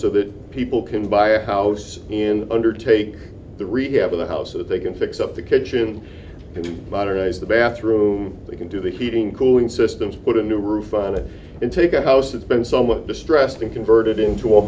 so that people can buy a house in undertake the rehab of the house so they can fix up the kitchen to modernize the bathroom they can do the heating cooling systems put a new roof on it in take a house that's been somewhat distressed and converted into a